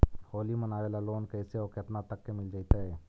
होली मनाबे ल लोन कैसे औ केतना तक के मिल जैतै?